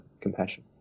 compassion